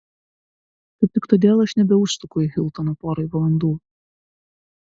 kaip tik todėl aš nebeužsuku į hiltoną porai valandų